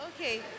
Okay